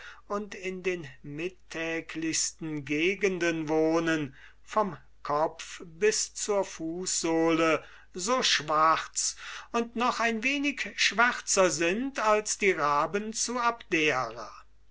und in den mittäglichsten gegenden wohnen vom kopf bis zur fußsohle so schwarz und noch ein wenig schwärzer sind als die raben zu abdera